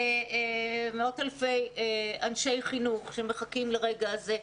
ומאות אלפי אנשי חינוך שמחכים לרגע הזה.